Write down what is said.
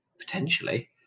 Potentially